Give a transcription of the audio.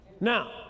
Now